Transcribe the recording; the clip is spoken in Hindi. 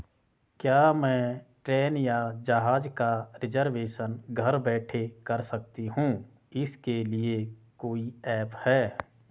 क्या मैं ट्रेन या जहाज़ का रिजर्वेशन घर बैठे कर सकती हूँ इसके लिए कोई ऐप है?